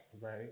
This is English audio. right